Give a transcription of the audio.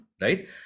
right